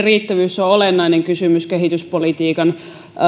riittävyys on olennainen kysymys kehityspolitiikan